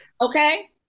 Okay